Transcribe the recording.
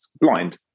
blind